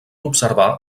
observar